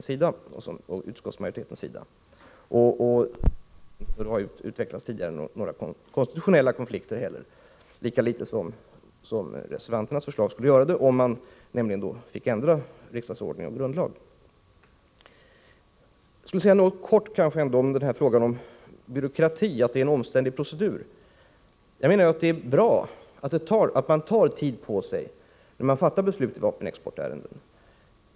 Det innebär självfallet inte heller, vilket har uttalats tidigare, några konstitutionella konflikter; lika litet som reservanternas förslag skulle göra det om man ändrade riksdagsordning och grundlag. Jag skulle helt kort vilja beröra frågan om byråkratin och den omständliga proceduren. Jag menar att det är bra att man tar tid på sig när man fattar beslut i vapenexportärenden.